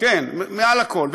כן, מעל הכול.